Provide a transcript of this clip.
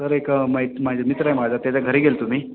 sir एक मैत माझे मित्र आहे माझा त्याच्या घरी गेलतो मी